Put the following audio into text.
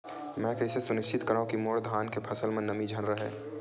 मैं कइसे सुनिश्चित करव कि मोर धान के फसल म नमी झन रहे?